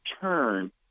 turn